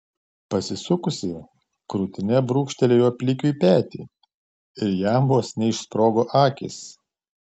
pasisukusi krūtine brūkštelėjo plikšiui petį ir jam vos neišsprogo akys